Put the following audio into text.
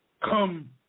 Come